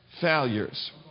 failures